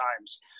times